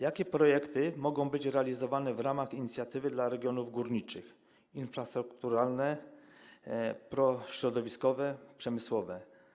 Jakie projekty mogą być realizowane w ramach inicjatywy dla regionów górniczych: infrastrukturalne, prośrodowiskowe czy przemysłowe?